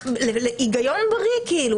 הגיון בריא כאילו.